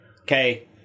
Okay